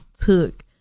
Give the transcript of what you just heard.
took